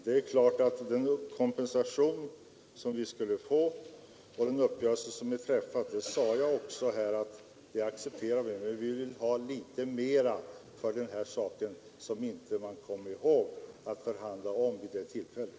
Det är klart att vi accepterar den kompensation som vi skulle få enligt den träffade uppgörelsen — det sade jag också — men vi vill ha litet mer för detta som man inte kom ihåg att förhandla om vid det aktuella tillfället.